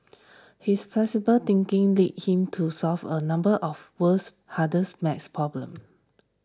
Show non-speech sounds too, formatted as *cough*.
*noise* his flexible thinking led him to solve a number of world's hardest maths problems